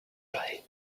plane